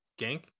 gank